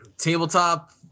Tabletop